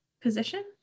position